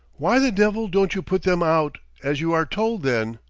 why the devil don't you put them out, as you are told, then?